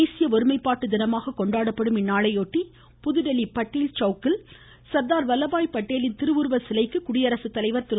தேசிய ஒருமைப்பாட்டு தினமாக கொண்டாடப்படும் இந்நாளையொட்டி புதுதில்லி பட்டேல் சௌக்கில் உள்ள சர்தார் பட்டேலின் திருவுருவ சிலைக்கு குடியரசுத்தலைவர் திரு